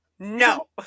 No